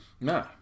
No